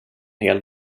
hel